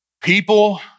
people